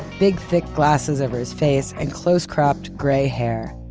big thick glasses over his face, and close-cropped gray hair.